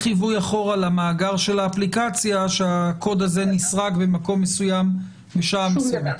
למאגר של האפליקציה שהקוד הזה נסרק במקום מסוים בשעה מסוימת.